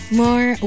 more